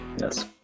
Yes